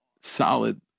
solid